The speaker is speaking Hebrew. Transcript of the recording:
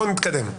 בואו נתקדם.